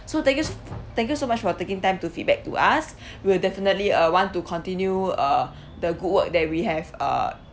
so thank you s~ thank you so much for taking time to feedback to us we'll definitely uh want to continue uh the good work that we have uh